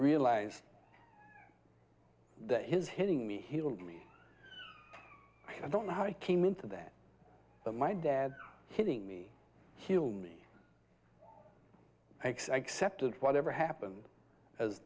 realize that his hitting me healed me i don't know how i came into that but my dad hitting me heal me thanks accepted whatever happened as